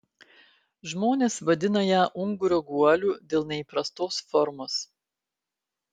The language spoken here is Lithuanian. žmonės vadina ją ungurio guoliu dėl neįprastos formos